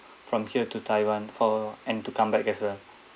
from here to taiwan for and to come back as well